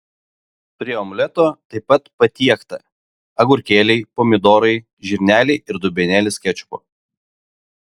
prie omleto taip pat patiekta agurkėliai pomidorai žirneliai ir dubenėlis kečupo